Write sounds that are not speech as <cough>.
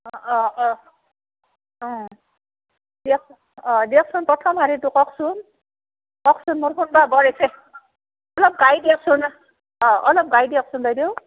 অ অ ওম অ দিয়কচোন প্ৰথম শাৰীটো কওকচোন <unintelligible> অলপ গাই দিয়কচোন অ অলপ গাই দিয়কচোন বাইদেউ